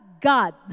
God